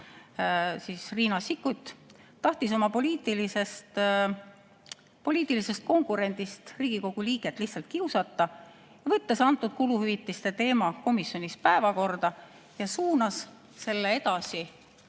juht Riina Sikkut tahtis oma poliitilisest konkurendist Riigikogu liiget lihtsalt kiusata, võttes selle kuluhüvitiste teema komisjonis päevakorda ja suunates selle edasi